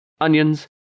onions